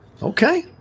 Okay